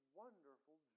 wonderful